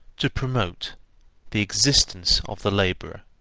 to promote the existence of the labourer.